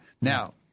Now